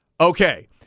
Okay